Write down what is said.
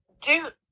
dude